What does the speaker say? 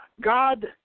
God